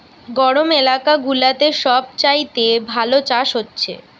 গরম এলাকা গুলাতে সব চাইতে ভালো চাষ হচ্ছে